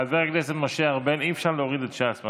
חבר הכנסת משה ארבל, אי-אפשר להוריד את ש"ס.